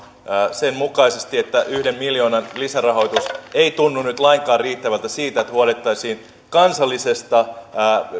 sen mukaisesti että yhden miljoonan lisärahoitus ei tunnu nyt lainkaan riittävältä siihen että huolehdittaisiin kansallisesta